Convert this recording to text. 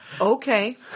Okay